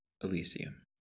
Elysium